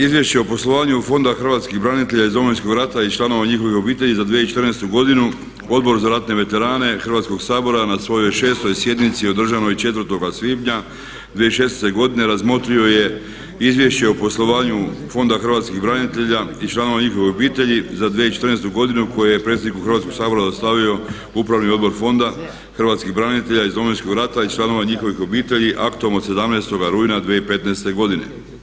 Izvješće o poslovanju Fonda hrvatskih branitelja iz Domovinskog rata i članova njihovih obitelji za 2014. godinu Odbor za ratne veterane Hrvatskog sabora je na svojoj šestoj sjednici održanoj 4. svibnja 2016. godine razmotrio je Izvješće o poslovanju Fonda hrvatskih branitelja i članova njihovih obitelji za 2014. godinu koje je predsjedniku Hrvatskog sabora dostavio Upravni odbor Fonda hrvatskih branitelja iz Domovinskog rata i članova njihovih obitelji aktom od 17. rujna 2015. godine.